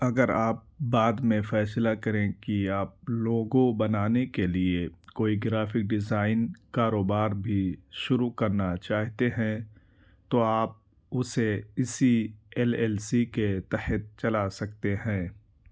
اگر آپ بعد میں فیصلہ کریں کہ آپ لوگو بنانے کے لیے کوئی گرافک ڈیزائن کاروبار بھی شروع کرنا چاہتے ہیں تو آپ اسے اسی ایل ایل سی کے تحت چلا سکتے ہیں